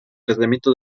tratamiento